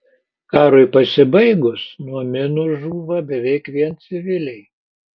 karui pasibaigus nuo minų žūva beveik vien civiliai